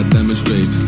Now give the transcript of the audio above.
demonstrate